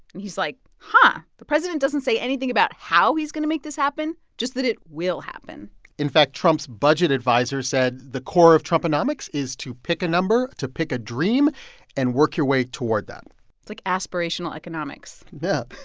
and he's like, huh, the president doesn't say anything about how he's going to make this happen, just that it will happen in fact, trump's budget advisers said the core of trumponomics is to pick a number, to pick a dream and work your way toward that it's like aspirational economics yeah